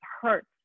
hurts